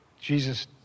Jesus